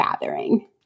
gathering